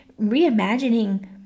reimagining